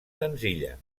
senzilla